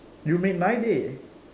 you made my day